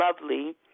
lovely